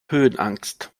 höhenangst